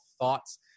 thoughts